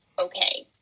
okay